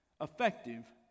effective